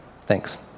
Thanks